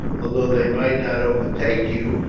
although they might not overtake you,